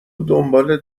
دنبال